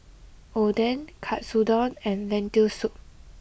Oden Katsudon and Lentil soup